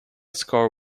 score